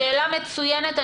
שאלה מצוינת.